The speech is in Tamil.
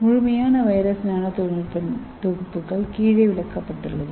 முழுமையான வைரஸ் நானோ தொழில்நுட்ப தொகுப்புகள் கீழே விளக்கப்பட்டுள்ளது